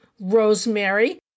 rosemary